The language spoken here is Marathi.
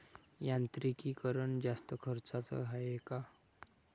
यांत्रिकीकरण जास्त खर्चाचं हाये का?